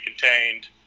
contained